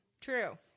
true